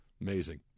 Amazing